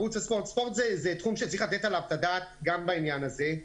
ספורט זה תחום שצריך לתת עליו את הדעת גם בעניין הזה.